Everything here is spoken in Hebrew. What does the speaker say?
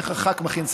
איך הח"כ מכין סדר-יום.